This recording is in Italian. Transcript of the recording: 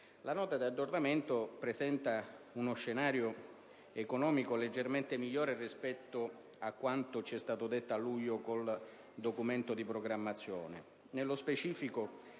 La Nota di aggiornamento presenta uno scenario economico leggermente migliore rispetto a quanto ci è stato detto a luglio con il Documento di programmazione